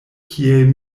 kiel